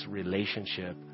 relationship